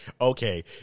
Okay